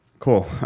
Cool